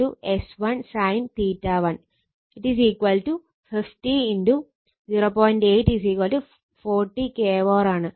8 40 kVAr ആണ്